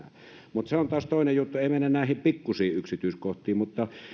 mutta se on taas toinen juttu ei mennä näihin pikkuisiin yksityiskohtiin